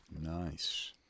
Nice